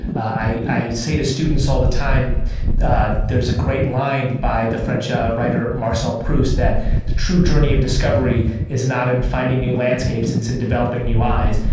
i i say to students all the time there's a great line by the french um writer marcel proust that the true journey of discovery is not in finding new landscapes it's in developing new eyes.